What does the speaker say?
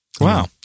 Wow